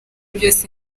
byose